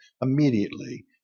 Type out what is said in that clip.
Immediately